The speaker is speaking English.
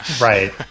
Right